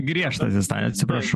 griežtas įsta atsiprašau